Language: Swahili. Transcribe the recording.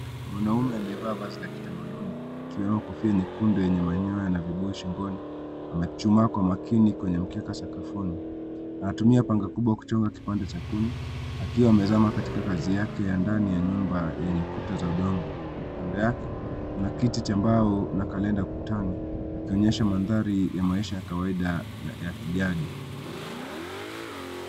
Mwanaume aliyevaa vazi la kitamaduni likiwemo kofia nyekundu lenye manyoya na vibuyu shingoni. Amechchumaa kwa makini kwenye mkeka sakafuni anatumia panga kubwa kuchonga kipande cha kuni akiwa amezima katika kazi yake ya ndani ya nyumba yenye kuta za udongo. Kando yake kuna kiti cha mbao na kalenda ukutani ikionesha mandhari ya maisha ya kawaida na ya ...